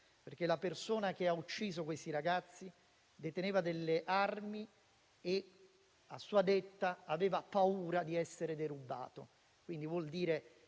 perché la persona che ha ucciso questi ragazzi deteneva delle armi e, a suo dire, aveva paura di essere derubata. Questo mostra